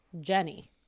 jenny